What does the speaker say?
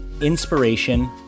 inspiration